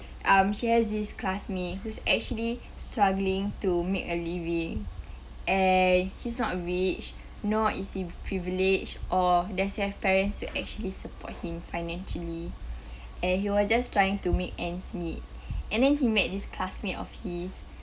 um she has this classmate who's actually struggling to make a living and he's not rich nor is he privileged or at least he have parents to actually support him financially and he was just trying to make ends meet and then he met this classmate of his